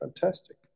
fantastic